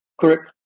Correct